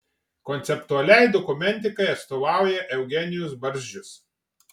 konceptualiai dokumentikai atstovauja eugenijus barzdžius